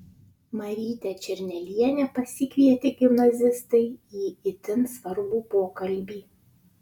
marytę černelienę pasikvietė gimnazistai į itin svarbų pokalbį